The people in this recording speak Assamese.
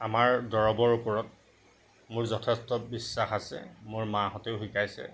আমাৰ দৰবৰ ওপৰত মোৰ যথেষ্ট বিশ্বাস আছে মোৰ মাহঁতেও শিকাইছে